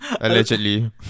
allegedly